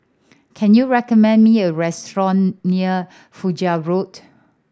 can you recommend me a restaurant near Fajar Road